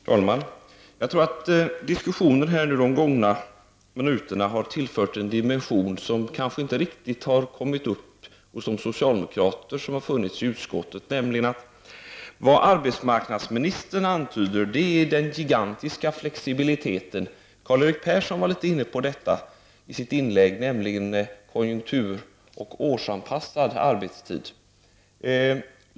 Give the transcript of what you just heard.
Herr talman! Jag tror att diskussionen under de senaste minuterna tillfört oss en dimension, som kanske inte riktigt funnits hos socialdemokraterna i utskottet. Vad arbetsmarknadsministern antytt är den gigantiska flexibiliteten. Karl-Erik Persson kom i sitt inlägg in på detta när han talade om konjunkturoch årsanpassad arbetstid.